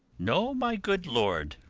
no, my good lord